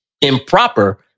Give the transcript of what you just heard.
Improper